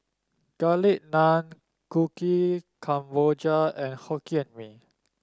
Garlic Naan Kuih Kemboja and Hokkien Mee